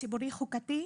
ציבורי-חוקתי,